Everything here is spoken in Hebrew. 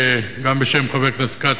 גם בשם חבר הכנסת כץ,